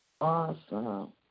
Awesome